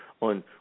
on